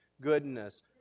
goodness